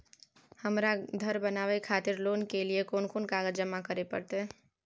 हमरा धर बनावे खातिर लोन के लिए कोन कौन कागज जमा करे परतै?